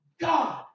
God